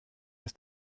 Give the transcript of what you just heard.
ist